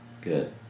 Good